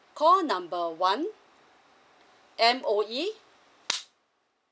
call number one M_O_E